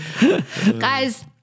Guys